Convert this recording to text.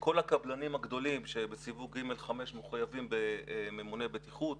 כל הקבלנים הגדולים שבסיווגים עד 5 מחויבים בממוני בטיחות.